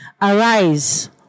Arise